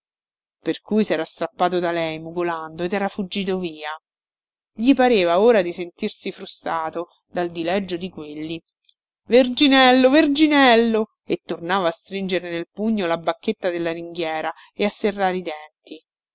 per cui sera strappato da lei mugolando ed era fuggito via gli pareva ora di sentirsi frustato dal dileggio di quelli verginello verginello e tornava a stringere nel pugno la bacchetta della ringhiera e a serrare i denti